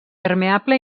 permeable